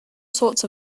sorts